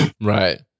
Right